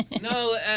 No